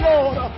Lord